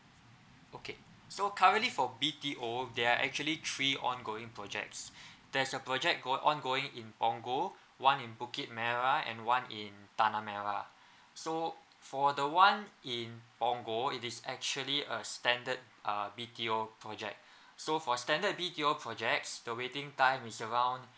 okay so currently for B_T_O there are actually three on going projects there's a project go~ on going in punggol one in bukit merah and one in tanah merah so for the [one] in punggol it is actually a standard uh B_T_O project so for standard B_T_O projects the waiting time is around